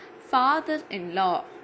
Father-in-law